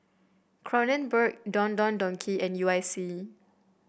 Kronenbourg Don Don Donki and U I C